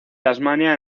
tasmania